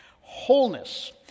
Wholeness